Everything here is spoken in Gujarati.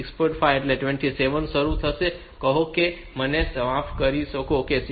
5 એ 27 થી શરૂ થશે કહો કે મને માફ કરશો તે 6